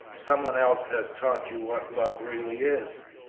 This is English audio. some one else has taught you what love really is?